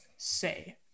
say